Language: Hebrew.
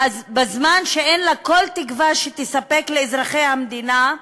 בזמן שאין לה כל תקווה לספק לאזרחי המדינה,